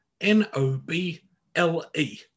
n-o-b-l-e